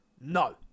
No